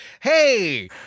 hey